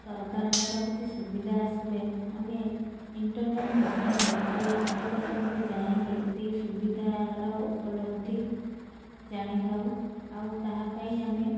ସରକାରଙ୍କର କିଛି ସୁବିଧା ଆସିଲେ ଆମେ ଇଣ୍ଟରନେଟ୍ ମାଧ୍ୟମରେ ସେଇ ଆପ୍ଲିକେସନ୍କୁ ଯାଇଁକି ସେଇ ସୁବିଧାର ଉପଲବ୍ଧି ଜାଣିଥାଉ ଆଉ ତାହା ପାଇଁ ଆମେ